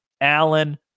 Allen